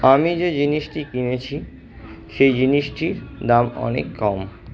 আমি যে জিনিসটি কিনেছি সেই জিনিসটির দাম অনেক কম